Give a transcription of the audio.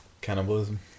Cannibalism